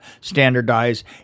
standardized